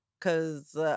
Cause